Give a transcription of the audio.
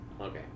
Okay